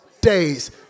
days